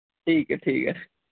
ठीक ऐ ठीक ऐ